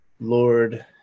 Lord